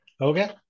Okay